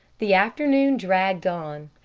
the afternoon dragged on.